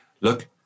Look